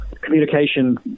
communication